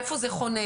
איפה זה חונה,